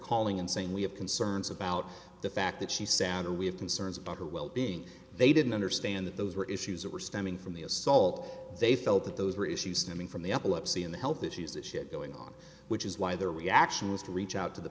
calling and saying we have concerns about the fact that she sound or we have concerns about her well being they didn't understand that those were issues that were stemming from the assault they felt that those were issues stemming from the epilepsy and the health issues that shit going on which is why their reaction was to reach out to the